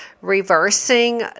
reversing